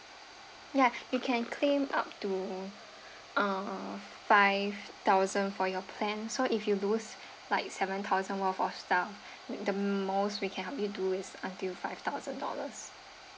ya you can can claim up to uh five thousand for your plan so if you loss like seven thousand worth of stuff the most we can only do is until five thousand dollars